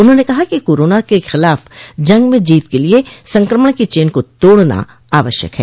उन्होंने कहा कि कोरोना के खिलाफ जंग में जीत के लिये संक्रमण की चेन को तोड़ना आवश्यक है